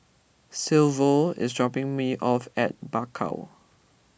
Silvio is dropping me off at Bakau